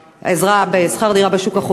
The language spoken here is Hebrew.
עזרה בשכר דירה בשוק החופשי,